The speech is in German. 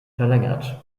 verlängert